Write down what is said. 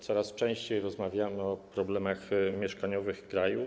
Coraz częściej rozmawiamy o problemach mieszkaniowych w kraju.